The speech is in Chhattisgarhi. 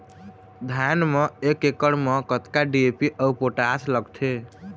धान म एक एकड़ म कतका डी.ए.पी अऊ पोटास लगथे?